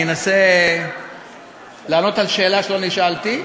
אני אנסה לענות על שאלה שלא נשאלתי,